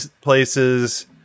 places